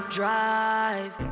drive